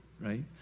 right